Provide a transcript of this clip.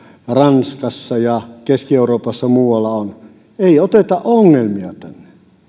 ranskassa ja keski euroopassa ja muualla on ei oteta ongelmia tänne